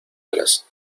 alas